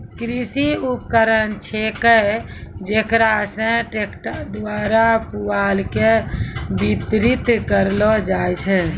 कृषि उपकरण छेकै जेकरा से ट्रक्टर द्वारा पुआल के बितरित करलो जाय छै